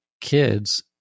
kids